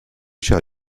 shall